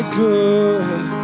good